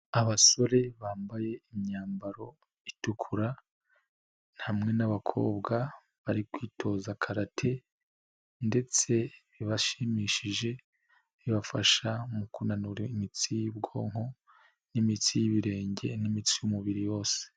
Abasore bambaye imyambaro itukura hamwe n'abakobwa bari kwitoza karate ndetse bibashimishije, bibafasha mu kunanura imitsi y'ubwonko n'imitsi y'ibirenge n'imitsi y'umubiri wose.